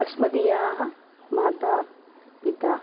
अस्मदीयाः माता पिता